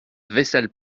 vaisselle